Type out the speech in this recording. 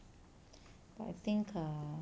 but I think err